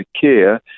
care